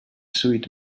suit